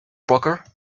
poker